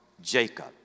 Jacob